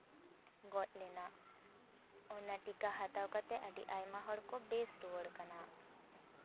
ᱜᱚᱡ ᱞᱮᱱᱟ ᱚᱱᱟ ᱴᱤᱠᱟ ᱦᱟᱛᱟᱣ ᱠᱟᱛᱮᱜ ᱟᱹᱰᱤ ᱟᱭᱢᱟ ᱦᱚᱲ ᱠᱚ ᱵᱮᱥ ᱨᱩᱣᱟᱹᱲ ᱠᱟᱱᱟ